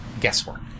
guesswork